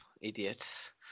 idiots